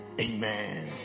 Amen